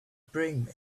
bring